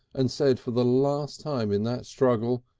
and said for the last time in that struggle,